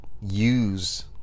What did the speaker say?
use